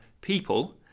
people